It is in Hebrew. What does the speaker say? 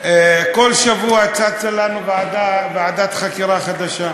כל שבוע צצה לנו ועדת חקירה חדשה.